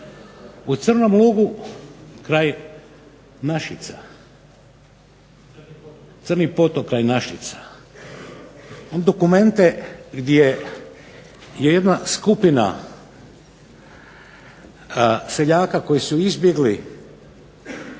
U Crnom Lugu kraj Našica, Crni Potok kraj Našica dokumenti gdje je jedna skupina seljaka koji su izbjegli